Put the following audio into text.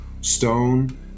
Stone